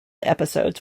episodes